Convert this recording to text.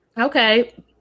Okay